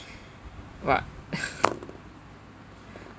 what